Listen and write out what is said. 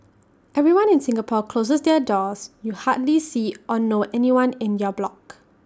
everyone in Singapore closes their doors you hardly see or know anyone in your block